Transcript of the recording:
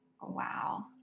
Wow